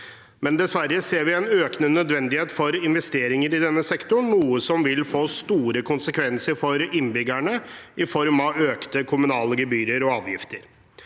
Dessverre ser vi en økende nødvendighet for investeringer i denne sektoren, noe som vil få store konsekvenser for innbyggerne i form av økte kommunale gebyrer og avgifter.